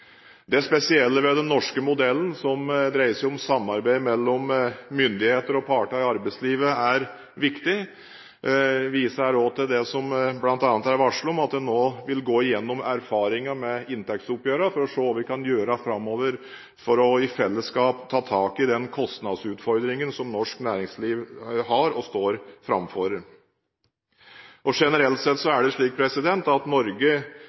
Det spesielle ved den norske modellen, som dreier seg om samarbeid mellom myndighetene og partene i arbeidslivet, er viktig. Jeg viser her også til det som det bl.a. er varslet om, at vi nå vil gå igjennom erfaringene med inntektsoppgjørene for å se hva vi kan gjøre framover for i fellesskap å ta tak i den kostnadsutfordringen som norsk næringsliv har og står framfor. Generelt sett er det slik at Norge